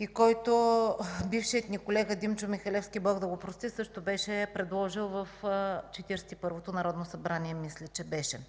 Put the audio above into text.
и който бившият ни колега Димчо Михалевски, Бог да го прости, също беше предложил, в Четиридесет и първото народно събрание мисля, че беше.